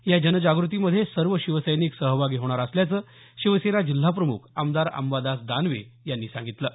या जनजाग़तीमध्ये सर्व शिवसैनिक सहभागी होणार असल्याचं शिवसेना जिल्हाप्रमुख आमदार अंबादास दानवे यांची सांगितलं आहे